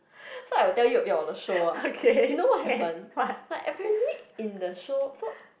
so I will tell you a bit of the show ah you know what happened like apparently in the show so